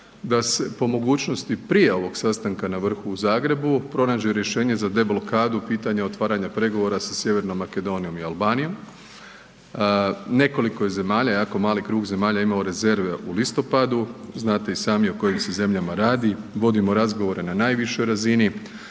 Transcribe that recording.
da se po mogućnosti prije ovog sastanka na vrhu u Zagrebu pronađe rješenje za deblokadu pitanja otvaranja pregovora sa Sjevernom Makedonijom i Albanijom. Nekoliko je zemalja, jako mali krug zemalja je imao rezerve u listopadu, znate i sami o kojim zemljama se radi, vodimo razgovore na najvišoj razini